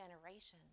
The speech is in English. generations